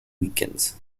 weekends